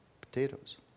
potatoes